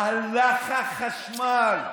"הלך החשמל".